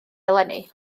eleni